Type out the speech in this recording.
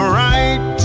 right